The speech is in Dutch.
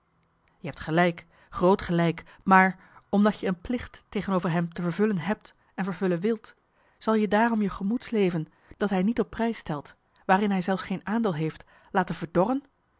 je hebt gelijk groot gelijk maar omdat je een plicht tegenover hem te vervullen hebt en vervullen wilt zal je daarom je gemoedsleven dat hij marcellus emants een nagelaten bekentenis niet op prijs stelt waarin hij zelfs geen aandeel heeft laten verdorren